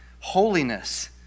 holiness